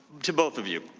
to both of you,